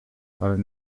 ale